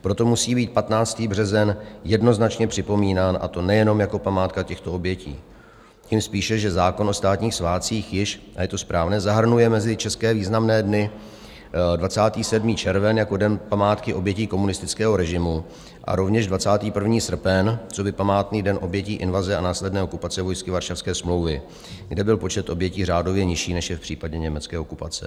Proto musí být 15. březen jednoznačně připomínán, a to nejenom jako památka těchto obětí, tím spíše, že zákon o státních svátcích již a je to správné zahrnuje mezi české významné dny 27. červen jako Den památky obětí komunistického režimu a rovněž 21. srpen coby Památný den obětí invaze a následné okupace vojsky Varšavské smlouvy, kde byl počet obětí řádově nižší, než je v případě německé okupace.